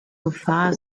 gefahr